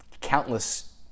countless